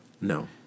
No